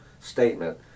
statement